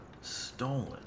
Stolen